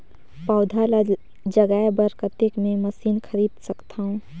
पौधा ल जगाय बर कतेक मे मशीन खरीद सकथव?